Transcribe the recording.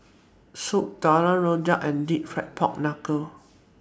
Soup Tulang Rojak and Deep Fried Pork Knuckle